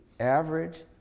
Average